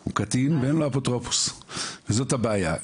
הוא קטין, ואין לו אפוטרופוס, וזאת הבעיה.